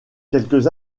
quelques